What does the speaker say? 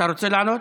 אתה רוצה לעלות?